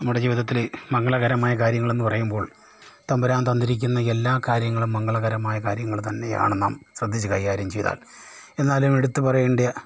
നമ്മുടെ ജീവിതത്തിലെ മംഗളകരമായ കാര്യങ്ങളെന്ന് പറയുമ്പോൾ തമ്പുരാൻ തന്നിരിക്കുന്ന എല്ലാ കാര്യങ്ങളും മംഗളകരമായ കാര്യങ്ങൾ തന്നെയാണ് നാം ശ്രദ്ധിച്ചു കൈകാര്യം ചെയ്താൽ എന്നാലും എടുത്ത് പറയേണ്ട